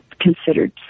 considered